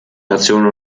nationen